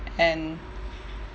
and